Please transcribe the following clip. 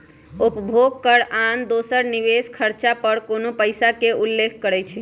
उपभोग कर आन दोसर निवेश खरचा पर कोनो पइसा के उल्लेख करइ छै